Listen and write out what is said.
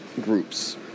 groups